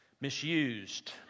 misused